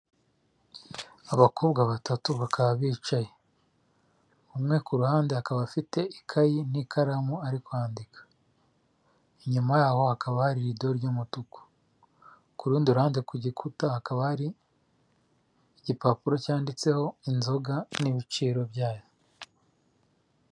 Abakobwa batatu bakaba bicaye, umwe ku ruhande akaba afite ikayi n'ikaramu ari kwandika, inyuma yaho hakaba hari irido ry' umutuku, ku rundi ruhande ku gikuta hakaba hari igipapuro cyanditseho inzoga n'ibiciro byayo.